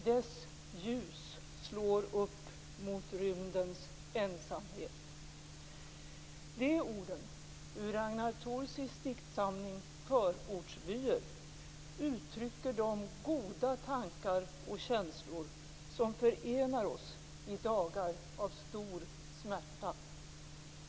Dess ljus slår upp mot rymdens ensamhet. De orden, ur Ragnar Thoursies diktsamling Förortsvyer, uttrycker de goda tankar och känslor som förenar oss i dagar av stor smärta.